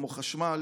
כמו חשמל,